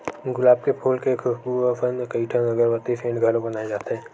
गुलाब के फूल के खुसबू असन कइठन अगरबत्ती, सेंट घलो बनाए जाथे